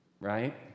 right